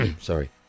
sorry